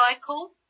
cycle